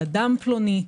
על אדם פלוני,